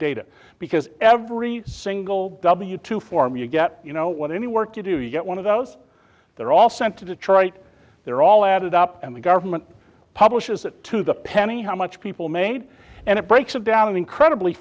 data because every single w two form you get you know what any work you do you get one of those they're all sent to detroit they're all added up and the government publishes it to the penny how much people made and it breaks it down incredibly